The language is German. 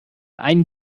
ein